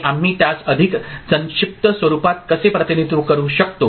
आणि आम्ही त्यास अधिक संक्षिप्त स्वरूपात कसे प्रतिनिधित्व करू शकतो